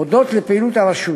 הודות לפעילות הרשות,